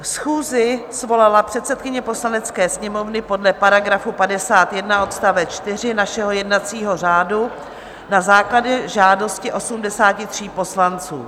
Schůzi svolala předsedkyně Poslanecké sněmovny podle § 51 odst. 4 našeho jednacího řádu na základě žádosti 83 poslanců.